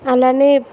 అలానే